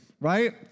right